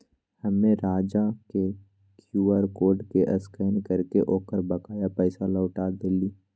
हम्मे राजा के Q R code के स्कैन करके ओकर बकाया पैसा लौटा देली